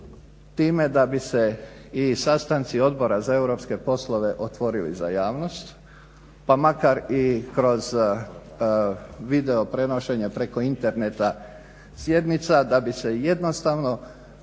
time da bi se i sastanci Odbora za europske poslove otvorili za javnost, pa makar i kroz video prenošenje preko interneta sjednica, da bi se jednostavno